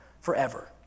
forever